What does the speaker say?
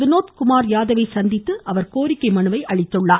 வினோத் குமார் யாதவை சந்தித்து கோரிக்கை மனுவை அளித்தார்